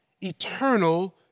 eternal